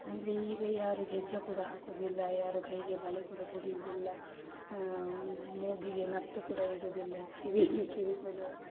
ಅಂದರೆ ಈಗ ಯಾರು ಗೆಜ್ಜೆ ಕೂಡ ಹಾಕುವುದಿಲ್ಲ ಯಾರು ಕೈಗೆ ಬಳೆ ಕೂಡ ತೊಡೆಯುವುದಿಲ್ಲ ಮೂಗಿಗೆ ನತ್ತು ಕೂಡ ಇಡುವುದಿಲ್ಲ ಕಿವಿಗೆ ಕಿವಿಗೊಂದು